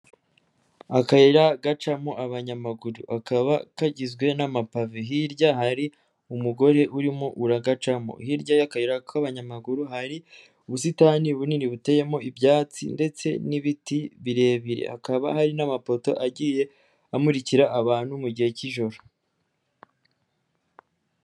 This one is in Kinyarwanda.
Akayira gacamo abanyamagurukaba kagizwe n'amapave, hirya hari umugore urimo uragacamo, hirya y'ayira k'abanyamaguru hari ubusitani bunini buteyemo ibyatsi, ndetse n'ibiti birebire, hakaba hari n'amapoto agiye amurikira abantu mu gihe k'ijoro.